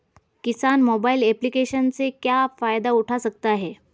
किसान mobile application से क्या फायदा उठा सकता है?